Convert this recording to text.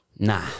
Nah